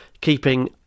keeping